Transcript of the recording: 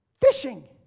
fishing